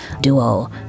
duo